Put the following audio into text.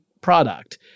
product